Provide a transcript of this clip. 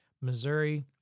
Missouri